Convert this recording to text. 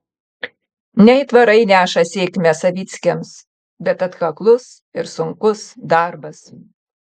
ne aitvarai neša sėkmę savickiams bet atkaklus ir sunkus darbas